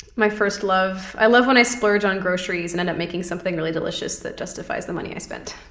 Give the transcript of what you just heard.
my first love, i love when i splurge on groceries and end up making something really delicious that justifies the money i spent.